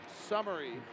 summary